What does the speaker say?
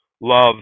love